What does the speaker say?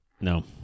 No